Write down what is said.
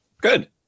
Good